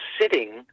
sitting